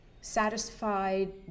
satisfied